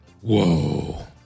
Whoa